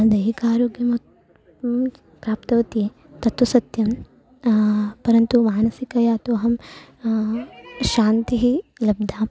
दैहिकारोग्यं प्राप्तवती तत्तु सत्यं परन्तु मानसिकया तु अहं शान्तिः लब्धा